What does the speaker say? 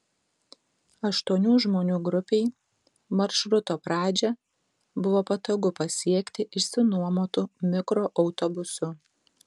aštuonių žmonių grupei maršruto pradžią buvo patogu pasiekti išsinuomotu mikroautobusu